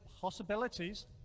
possibilities